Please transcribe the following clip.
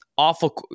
Awful